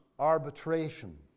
arbitration